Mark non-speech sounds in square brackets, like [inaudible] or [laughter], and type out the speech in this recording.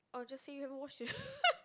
or just say you haven't watched it [laughs]